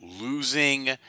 losing